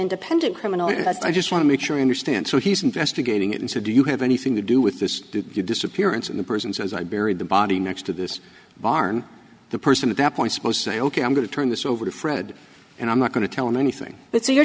independent criminal as i just want to make sure i understand so he's investigating it and so do you have anything to do with this disappearance in the prisons as i buried the body next to this barn the person at that point suppose say ok i'm going to turn this over to fred and i'm not going to tell him anything but so you're